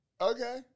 okay